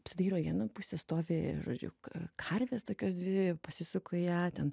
apsidairo į vieną pusę stovi žodžiu ka karvės tokios dvi pasisuka į ją ten